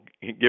give